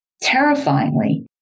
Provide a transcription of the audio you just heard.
terrifyingly